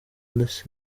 ndetse